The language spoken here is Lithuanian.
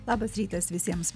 labas rytas visiems